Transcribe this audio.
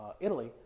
Italy